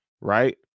right